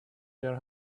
their